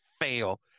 fail